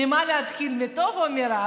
ממה להתחיל, מהטוב או מהרע?